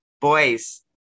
boys